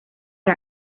our